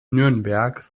nürnberg